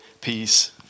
peace